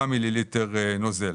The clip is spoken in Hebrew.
יש 6 מיליליטר נוזל.